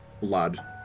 blood